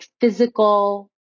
physical